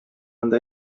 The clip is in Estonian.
anda